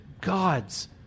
God's